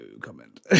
comment